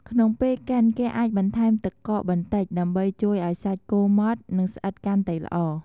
ក្នុងពេលកិន គេអាចបន្ថែមទឹកកកបន្តិច ដើម្បីជួយឱ្យសាច់គោម៉ត់ និងស្អិតកាន់តែល្អ។